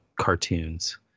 cartoons